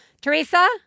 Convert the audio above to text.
Teresa